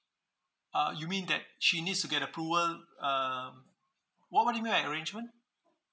uh you mean that she needs to get approval um what what do you mean like an arrangement